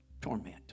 torment